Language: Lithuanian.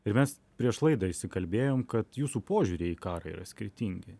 ir mes prieš laidą išsikalbėjom kad jūsų požiūriai į karą yra skirtingi